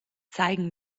zeigen